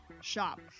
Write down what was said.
shop